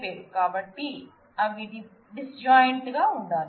కాబట్టి అవి డిస్జాయింట్ గా ఉండాలి